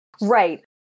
right